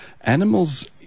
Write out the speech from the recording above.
animals